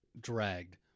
dragged